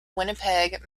winnipeg